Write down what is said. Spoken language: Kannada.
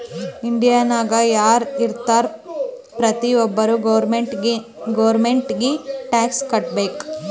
ಇಂಡಿಯಾನಾಗ್ ಯಾರ್ ಇರ್ತಾರ ಪ್ರತಿ ಒಬ್ಬರು ಗೌರ್ಮೆಂಟಿಗಿ ಟ್ಯಾಕ್ಸ್ ಕಟ್ಬೇಕ್